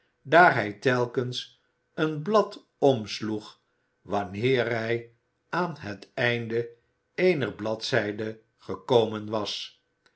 hij telkens een blad omsloeg wanneer hij aan het einde eener bladzijde gekomen was